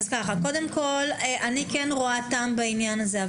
אני כן רואה טעם בעניין הזה.